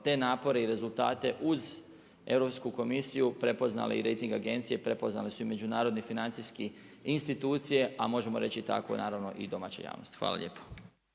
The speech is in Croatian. te napore i rezultate uz Europsku komisiju prepoznale i rejting agencije, prepoznale su i međunarodne i financijske institucije a možemo reći tako naravno i domaća javnost. Hvala lijepo.